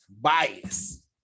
bias